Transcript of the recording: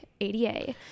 ADA